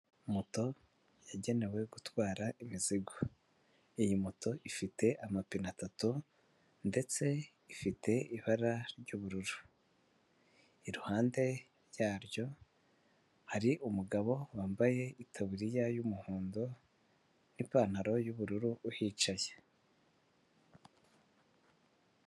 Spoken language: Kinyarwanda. Moto yagenewe gutwara imizigo, iyi moto ifite amapine atatu ndetse ifite ibara ry'ubururu, iruhande yabyo hari umugabo wambaye itaburiya y'umuhondo n'ipantaro y'ubururu uhicaye.